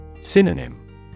Synonym